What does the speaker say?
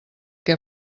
què